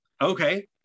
okay